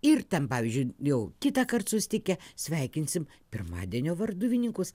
ir ten pavyzdžiui jau kitąkart susitikę sveikinsim pirmadienio varduvininkus